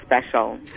special